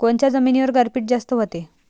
कोनच्या जमिनीवर गारपीट जास्त व्हते?